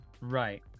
right